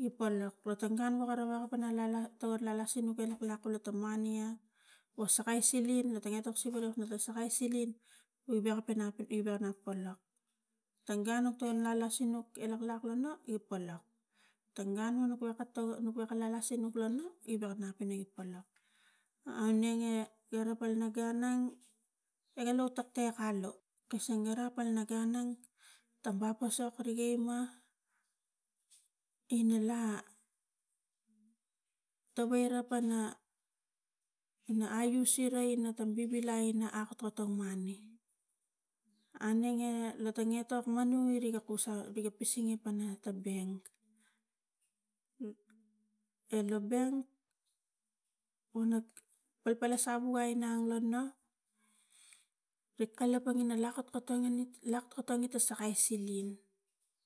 ipala lo tang gun kara wa pana gun alak to lalak sinuk lo ta lak lo ta mani ia wo sakai siling ia toksi wanapa sakai siling a wek panap iwa nap o palak tang gun no tang inang lo sinuk lak lo nu polok tang nuk wokatong weka lala sinuk lo nu i wekanap ina i polok aunenge gara polina gun neng e no tektek alu kasang gara palina gun nang tang wa posok rige ima ina la tawaira pana ina aus ira ina tam vivilai ina ako to mani, aunenge etok manu anga kus alu ari ga pising mana tang bank e lo bank wana palpalas amu a inang lo nu ri kalapang ina lakotong ingit ta sakai siling.